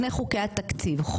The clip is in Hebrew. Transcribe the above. להגדיל את תקציב משרד הבריאות,